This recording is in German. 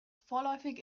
vorläufige